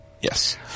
Yes